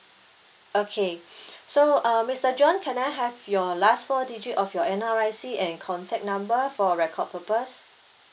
okay so uh mister john can I have your last four digit of your N_R_I_C and contact number for record purpose